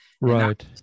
right